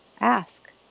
Ask